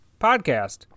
podcast